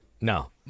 No